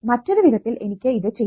മറ്റൊരു വിധത്തിൽ എനിക്ക് ഇത് ചെയ്യാം